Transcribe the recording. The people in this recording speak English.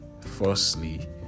firstly